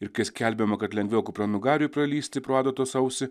ir kai skelbiama kad lengviau kupranugariui pralįsti pro adatos ausį